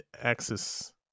axis